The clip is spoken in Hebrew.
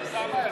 סע מהר.